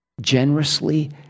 Generously